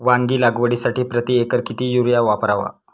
वांगी लागवडीसाठी प्रति एकर किती युरिया वापरावा?